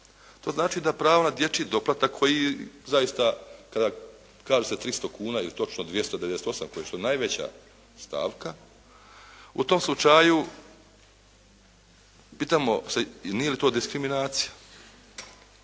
To znači da prava na dječji doplatak koji zaista kada kaže se 300 kuna ili točno 298 koja su najveća stavka u tom slučaju pitamo se nije li to diskriminacija.